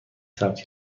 ثبت